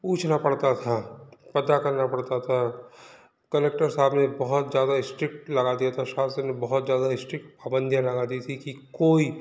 पूछना पड़ता था पता करना पड़ता था कलेक्टर साहब ने बहुत ज़्यादा स्ट्रिक्ट लगा दिया था शासन ने बहुत ज़्यादा स्ट्रिक्ट पाबंदियाँ लगा दी थी कि कोई